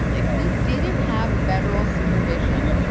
and like if we didn't have federal supervision,